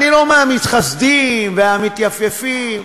אני לא מהמתחסדים ומהמתייפייפים.